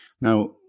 Now